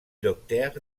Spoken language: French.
docteur